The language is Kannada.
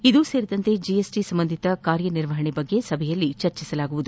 ಇದೂ ಸೇರಿದಂತೆ ಜಿಎಸ್ಟ ಸಂಬಂಧಿತ ಕಾರ್ಯನಿರ್ವಹಣೆ ಕುರಿತೂ ಈ ಸಭೆಯಲ್ಲಿ ಚರ್ಚಿಸಲಾಗುತ್ತದೆ